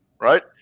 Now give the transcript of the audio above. right